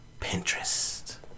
Pinterest